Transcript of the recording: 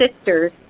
sisters